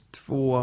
två